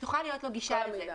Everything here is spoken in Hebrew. שתוכל להיות לו גישה לזה.